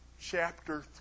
chapter